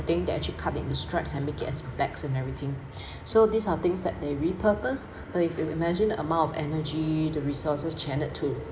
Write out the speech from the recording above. thing that actually cut it into stripes and make it as bags and everything so these are things that they repurpose but if you imagine the amount of energy the resources channelled to